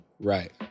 right